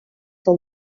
del